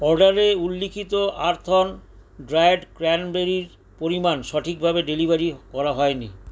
অর্ডারে উল্লিখিত আর্থঅন ড্রায়েড ক্র্যানবেরির পরিমাণ সঠিকভাবে ডেলিভারি করা হয়নি